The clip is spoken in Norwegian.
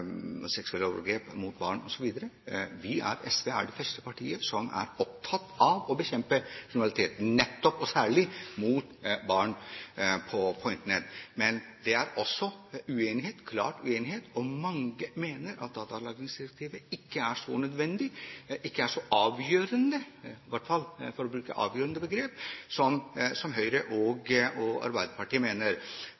er de første til å bekjempe kriminalitet, og særlig mot barn på Internett, men det er også klart at det er uenighet. Mange mener at datalagringsdirektivet ikke er nødvendig, ikke så avgjørende nødvendig i hvert fall, som Høyre og Arbeiderpartiet mener. For øvrig viser jeg til meldingen, som viser at det er veldig mange tiltak som nettopp er satt i gang og